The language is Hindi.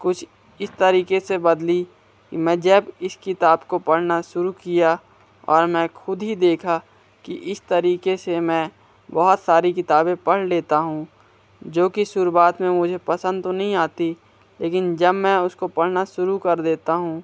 कुछ इस तरीके से बदली मैं जब इस किताब को पढ़ाना शुरू किया और मैं खुद ही देखा कि इस तरीके से मैं बहुत सारी किताबें पढ़ लेता हूँ जो की शुरुवात में मुझे पसंद तो नहीं आती लेकिन जब मैं उसको पढ़ना शुरू कर देता हूँ